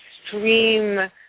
extreme